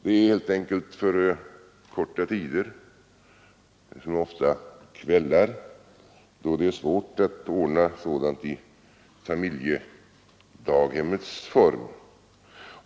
Det är helt enkelt för korta tider och dessutom ofta kvällar, då det är svårt att ordna barntillsyn i familjedaghemmets form.